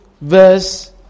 verse